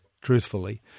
truthfully